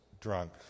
drunk